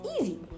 easy